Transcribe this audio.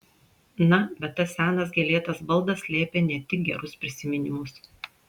na bet tas senas gėlėtas baldas slėpė ne tik gerus prisiminimus